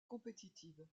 compétitive